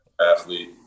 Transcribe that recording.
athlete